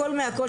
הכל מהכל,